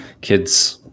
kids